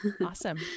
Awesome